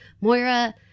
Moira